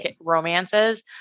romances